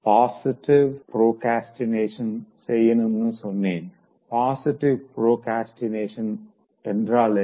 பாசிட்டிவாக ப்ரோக்ரஸ்டினேட் செய்யணும்னு சொன்னேன் பாசிட்டிவ் ப்ரோக்ரஸ்டினேஷன்னா என்ன